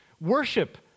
Worship